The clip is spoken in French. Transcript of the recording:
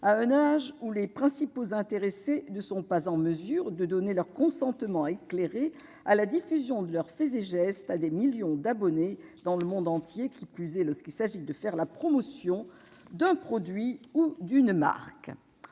à un âge où les principaux intéressés ne sont pas en mesure d'apporter un consentement éclairé à la diffusion de leurs faits et gestes auprès de millions d'abonnés dans le monde entier, qui plus est lorsqu'il s'agit de faire la promotion d'un produit ou d'une marque.